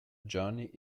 johnny